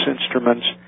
Instruments